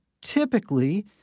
typically